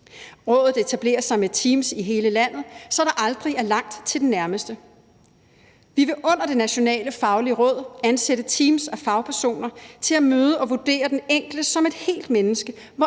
Rådet etableres med teams i hele landet, så der aldrig er langt til det nærmeste. Vi vil under det nationale faglige råd ansætte teams og fagpersoner til at møde og vurdere den enkelte som et helt menneske,